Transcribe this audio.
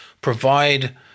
provide